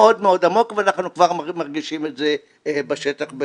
ואנחנו כבר מרגישים את זה בשטח.